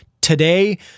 today